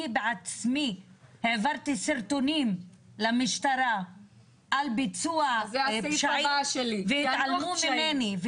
בעצמי העברתי סרטונים למשטרה על ביצוע פשעים והתעלמו ממני,